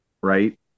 right